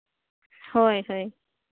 ᱦᱳᱭ ᱦᱳᱭ